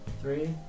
three